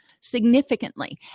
significantly